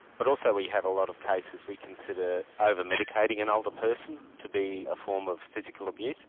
but also we have a lot of cases we consider over-medicating an older person to be a form of physical abuse,